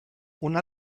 una